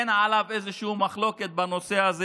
אין איזושהי מחלוקת בנושא הזה.